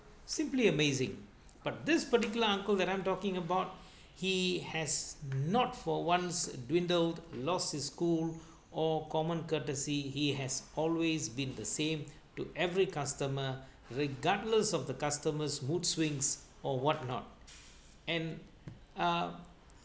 simply amazing but this particular uncle that I'm talking about he has not for once dwindled lost his cool or common courtesy he has always been the same to every customer regardless of the customer's mood swings or what not and uh